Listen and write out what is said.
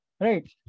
right